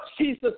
Jesus